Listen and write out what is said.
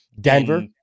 Denver